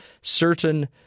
certain